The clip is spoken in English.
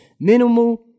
minimal